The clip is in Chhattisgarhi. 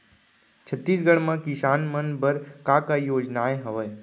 छत्तीसगढ़ म किसान मन बर का का योजनाएं हवय?